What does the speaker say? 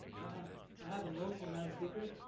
i have i have a motion madam speaker.